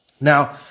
Now